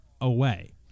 away